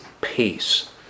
Peace